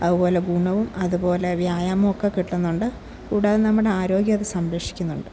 അതുപോലെ ഗുണവും അതുപോലെ വ്യായാമവുമൊക്കെ കിട്ടുന്നുണ്ട് കൂടാതെ നമ്മുടെ ആരോഗ്യമത് സംരക്ഷിക്കുന്നുണ്ട്